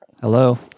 Hello